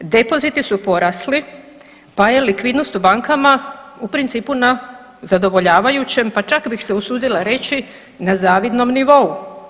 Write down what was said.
Depoziti su porasli, pa je likvidnost u bankama u principu na zadovoljavajućem, pa čak bih se usudila reći, na zavidnom nivou.